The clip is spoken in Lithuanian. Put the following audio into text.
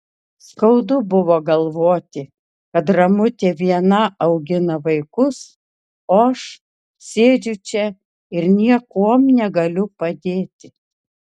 skaudu buvo galvoti kad ramutė viena augina vaikus o aš sėdžiu čia ir niekuom negaliu padėti